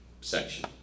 section